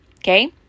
Okay